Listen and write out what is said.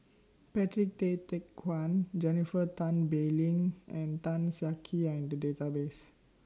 Patrick Tay Teck Guan Jennifer Tan Bee Leng and Tan Siak Kew Are in The Database